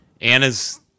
Anna's